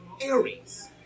Aries